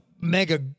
mega